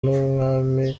n’umwami